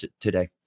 today